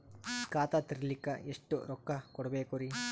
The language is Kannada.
ಖಾತಾ ತೆರಿಲಿಕ ಎಷ್ಟು ರೊಕ್ಕಕೊಡ್ಬೇಕುರೀ?